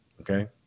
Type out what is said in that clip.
Okay